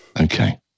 Okay